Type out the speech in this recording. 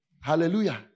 Hallelujah